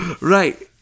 Right